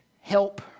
Help